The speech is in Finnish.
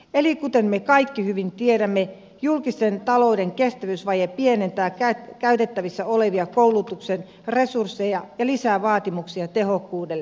eli kuten me kaikki hyvin tiedämme julkisen talouden kestävyysvaje pienentää käytettävissä olevia koulutuksen resursseja ja lisää vaatimuksia tehokkuudelle